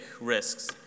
risks